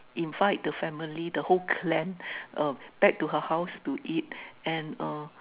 invite the family the whole clan uh back to her house to eat and uh